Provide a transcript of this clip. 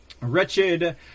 wretched